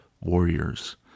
warriors